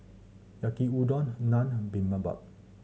Yaki Udon Naan and Bibimbap